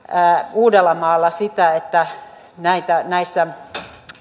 uudellamaalla että näissä